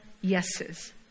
yeses